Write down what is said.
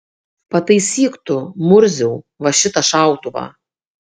pataisyk tu murziau va šitą šautuvą